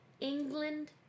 England